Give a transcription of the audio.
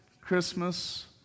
Christmas